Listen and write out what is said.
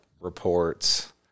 reports